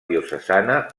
diocesana